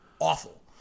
awful